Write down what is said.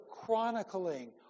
chronicling